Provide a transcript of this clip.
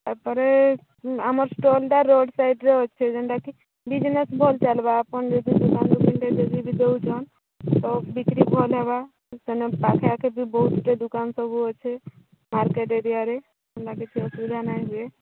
ତା'ପରେ ଆମର ଷ୍ଟଲ୍ଟା ରୋଡ଼ ସାଇଡ଼୍ରେ ଅଛି ଯେଉଁଟା କି ବିଜନେସ୍ ଭଲ ଚାଲିବ ଆପଣ ଯଦି ବିଜନେସ୍ ଭଲ ହବା ସେନକେ ପାଖେ ଆଖେ ବି ବହୁତ ଦୋକାନ ସବୁ ଅଛି ମାର୍କେଟ୍ ଏରିଆରେ କିଛି ଅସୁବିଧା ନାହିଁ ଯେ